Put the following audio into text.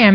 એમ